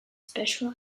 special